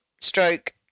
stroke